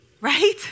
right